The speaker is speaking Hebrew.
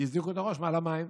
שהחזיקו את הראש מעל המים,